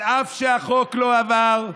על אף שהחוק לא עבר,